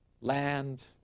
land